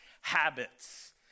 Habits